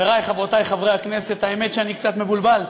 חברי וחברותי חברי הכנסת, האמת שאני קצת מבולבל.